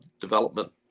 development